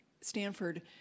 Stanford